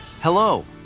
Hello